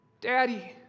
Daddy